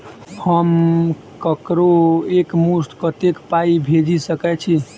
हम ककरो एक मुस्त कत्तेक पाई भेजि सकय छी?